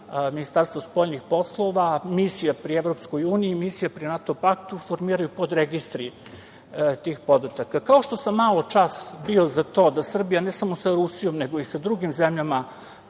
Ministarstvo spoljnih poslova, Misija pri EU, Misija pri NATO paktu formiraju podregistri tih podataka. Kao što sam maločas bio za to da Srbija, ne samo sa Rusijom, nego i sa drugim zemljama